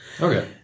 Okay